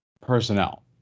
personnel